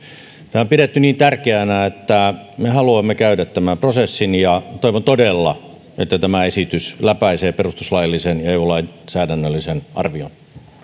tätä on pidetty niin tärkeänä että me haluamme käydä tämän prosessin ja toivon todella että tämä esitys läpäisee perustuslaillisen ja eu lainsäädännöllisen arvion